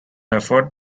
effort